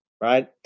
right